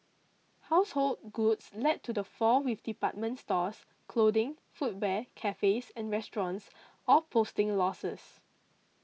household goods led to the falls with department stores clothing footwear cafes and restaurants all posting losses